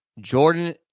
Jordan